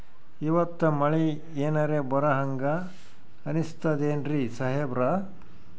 ಇವತ್ತ ಮಳಿ ಎನರೆ ಬರಹಂಗ ಅನಿಸ್ತದೆನ್ರಿ ಸಾಹೇಬರ?